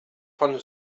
vom